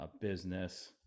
business